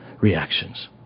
reactions